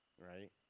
right